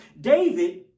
David